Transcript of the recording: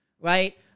Right